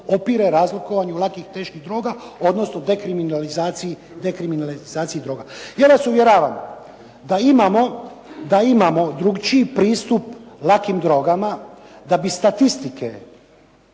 opire razlikovanju lakih i teških droga, odnosno dekriminalizaciji droga. Ja vas uvjeravam da imamo drukčiji pristup lakim drogama da bi statistike